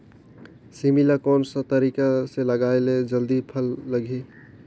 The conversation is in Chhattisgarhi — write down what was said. सेमी ला कोन सा तरीका से लगाय ले जल्दी फल लगही?